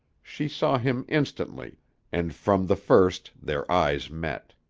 she saw him instantly and from the first their eyes met.